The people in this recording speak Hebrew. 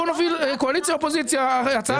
בוא נוביל קואליציה ואופוזיציה הצעה של הוועדה.